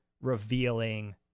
revealing